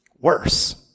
worse